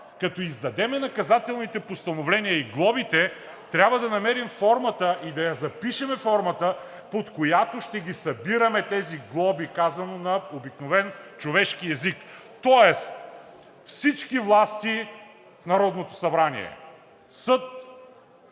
Като издадем наказателните постановления и глобите, трябва да намерим формата и да запишем формата, под която ще събираме тези глоби, казано на обикновен, човешки език. Тоест всички власти: Народното събрание – съд,